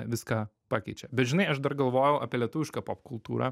viską pakeičia bet žinai aš dar galvojau apie lietuvišką popkultūrą